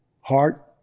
heart